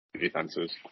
defenses